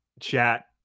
chat